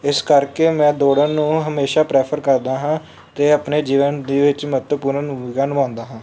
ਇਸ ਕਰਕੇ ਮੈਂ ਦੌੜਨ ਨੂੰ ਹਮੇਸ਼ਾ ਪ੍ਰੈਫਰ ਕਰਦਾ ਹਾਂ ਅਤੇ ਆਪਣੇ ਜੀਵਨ ਦੇ ਵਿੱਚ ਮਹੱਤਵਪੂਰਨ ਭੂਮਿਕਾ ਨਿਭਾਉਦਾ ਹਾਂ